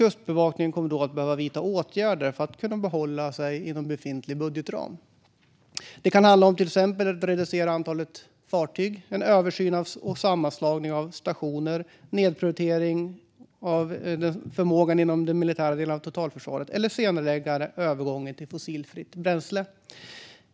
Kustbevakningen kommer då att behöva vidta åtgärder för att kunna hålla sig inom befintlig budgetram. Det kan handla om att till exempel reducera antalet fartyg, en översyn och sammanslagning av stationer, nedprioritering av förmågan inom den militära delen av totalförsvaret eller senareläggande av övergången till fossilfritt bränsle.